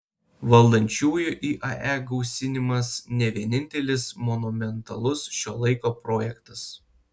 valdančiųjų iae gausinimas ne vienintelis monumentalus šio laiko projektas